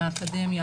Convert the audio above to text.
מהאקדמיה,